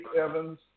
evans